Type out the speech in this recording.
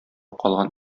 калган